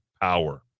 power